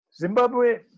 Zimbabwe